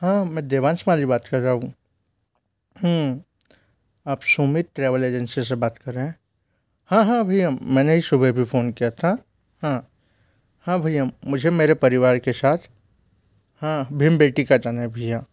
हाँ मैं देवांश माली बात कर रहा हूँ आप सुमित ट्रैवल एजेंसी से बात कर रहे है हाँ हाँ भैया मैने ही सुबह भी फोन किया था हाँ हाँ भैया मुझे मेरे परिवार के साथ हाँ भीम बेटीका जाना है भैया